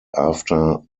after